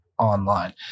Online